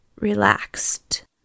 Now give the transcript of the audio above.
relaxed